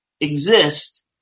exist